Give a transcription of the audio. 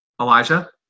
Elijah